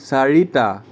চাৰিটা